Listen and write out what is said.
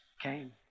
came